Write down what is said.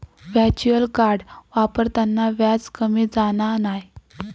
virtual card वापरताना व्याज कमी जाणा नाय